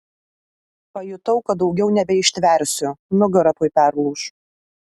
pajutau kad daugiau nebeištversiu nugara tuoj perlūš